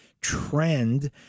trend